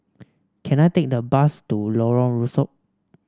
can I take the bus to Lorong Rusuk